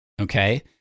Okay